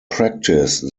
practice